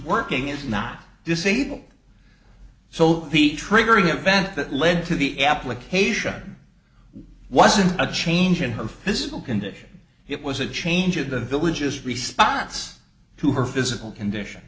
working is not disabled so the triggering event that led to the application wasn't a change in her physical condition it was a change of the villages response to her physical condition